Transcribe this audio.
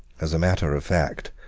as a matter of fact,